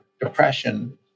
depression